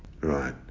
Right